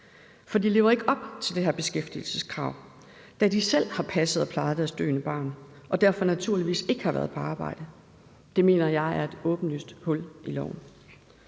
ikke lever op til det her beskæftigelseskrav, da de selv har passet og plejet deres døende barn og derfor naturligvis ikke har været på arbejde. Det mener jeg er et åbenlyst hul i loven.